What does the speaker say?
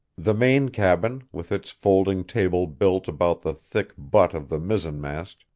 the main cabin, with its folding table built about the thick butt of the mizzenmast,